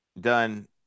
done